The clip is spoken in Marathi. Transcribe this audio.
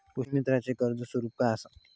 कृषीमित्राच कर्ज स्वरूप काय असा?